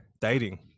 dating